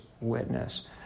witness